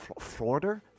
Florida